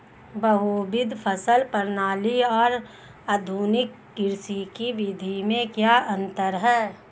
बहुविध फसल प्रणाली और आधुनिक कृषि की विधि में क्या अंतर है?